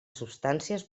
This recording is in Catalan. substàncies